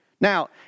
Now